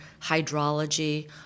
hydrology